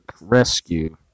rescue